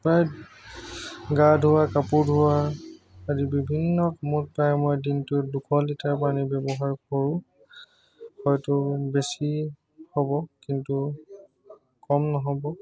প্ৰায় গা ধোৱা কাপোৰ ধোৱা আদি বিভিন্ন সময়ত প্ৰায় মই দুশ লিটাৰ পানী ব্যৱহাৰ কৰোঁ হয়তো বেছি হ'ব কিন্তু কম নহ'ব